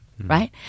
Right